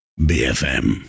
BFM